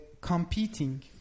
competing